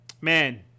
Man